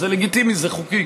זה לגיטימי, זה חוקי.